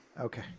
Okay